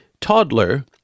toddler